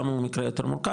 למה הוא מקרה יותר מורכב?